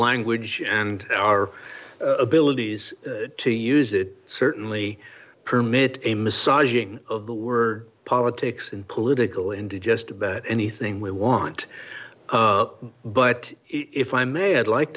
language and our abilities to use it certainly permit a massaging of the word politics and political into just about anything we want but if i may i'd like